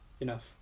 enough